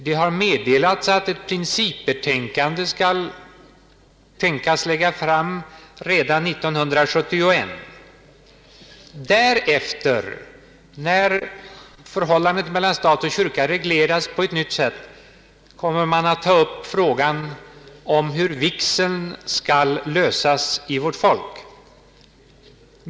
Det har meddelats att ett principbetänkande kan komma att bli framlagt redan 1971. Därefter — när förhållandet mellan stat och kyrka reglerats på ett nytt sätt — kommer man att ta upp frågan om vigselrätten.